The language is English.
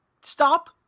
stop